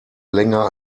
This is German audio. länger